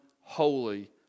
holy